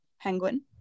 Penguin